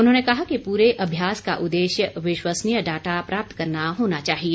उन्होंने कहा कि पूरे अभ्यास का उद्देश्य विश्वसनीय डाटा प्राप्त करना होना चाहिए